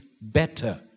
better